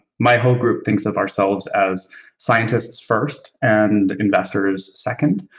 my whole group thinks of ourselves as scientists first and investors second,